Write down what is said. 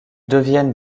deviennent